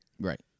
Right